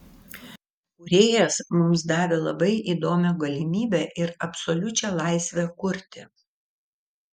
kūrėjas mums davė labai įdomią galimybę ir absoliučią laisvę kurti